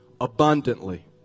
abundantly